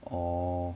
orh